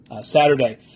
Saturday